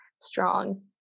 strong